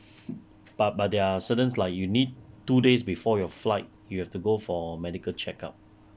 but but there are certain like you need two days before your flight you have to go for medical checkup